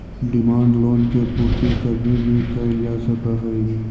demand loan के पूर्ति कभी भी कैल जा सकऽ हई